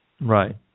Right